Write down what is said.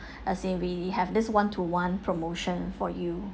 as in we have this one to one promotion for you